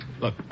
Look